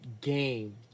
game